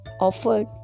offered